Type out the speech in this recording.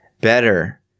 better